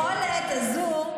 היכולת הזו,